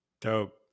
dope